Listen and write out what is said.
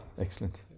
Excellent